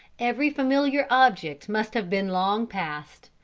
every familiar object must have been long passed,